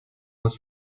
his